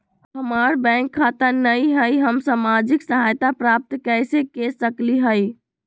हमार बैंक खाता नई हई, हम सामाजिक सहायता प्राप्त कैसे के सकली हई?